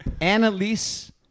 Annalise